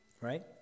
Right